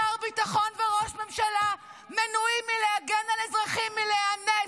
שר ביטחון וראש ממשלה מנועים מלהגן על אזרחים מלהיאנס,